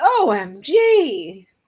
omg